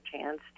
chance